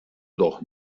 doch